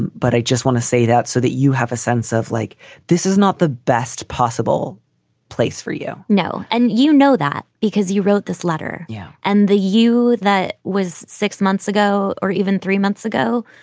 but i just want to say that so that you have a sense of like this is not the best possible place for you no. and you know that because you wrote this letter, you know, yeah and the you. that was six months ago or even three months ago.